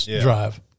drive